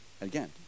Again